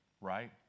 right